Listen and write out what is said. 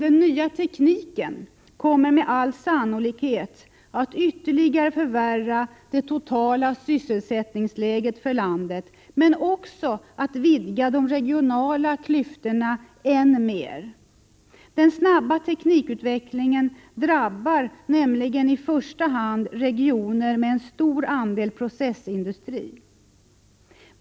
Den nya tekniken kommer med all sannolikhet att ytterligare förvärra det totala sysselsättningsläget för landet men också att vidga de regionala klyftorna än mer. Den snabba teknikutvecklingen drabbar nämligen i första hand regioner med en stor andel processindustri.